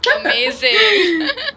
Amazing